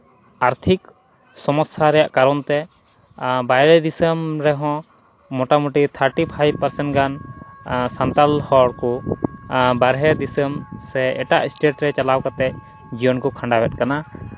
ᱟᱨᱛᱷᱤᱠ ᱥᱚᱢᱚᱥᱥᱟ ᱨᱮᱭᱟᱜ ᱠᱟᱨᱚᱱ ᱛᱮ ᱵᱟᱭᱨᱮ ᱫᱤᱥᱚᱢ ᱨᱮᱦᱚᱸ ᱢᱳᱴᱟᱢᱩᱴᱤ ᱛᱷᱟᱨᱴᱤ ᱯᱷᱟᱭᱤᱵᱷ ᱯᱟᱨᱥᱮᱱᱴ ᱜᱟᱱ ᱥᱟᱱᱛᱟᱲ ᱦᱚᱲ ᱠᱚ ᱵᱟᱦᱨᱮ ᱫᱤᱥᱚᱢ ᱥᱮ ᱮᱴᱟᱜ ᱥᱴᱮᱴ ᱨᱮ ᱪᱟᱞᱟᱣ ᱠᱟᱛᱮᱫ ᱡᱤᱭᱚᱱ ᱠᱚ ᱠᱷᱟᱸᱰᱟᱣᱮᱫ ᱠᱟᱱᱟ